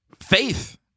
faith